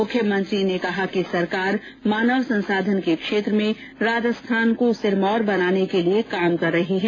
मुख्यमंत्री ने कहा कि सरकार मानव संसाधन के क्षेत्र में राजस्थान सिरमौर बनाने के लिए काम कर रही है